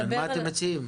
מה אתם מציעים?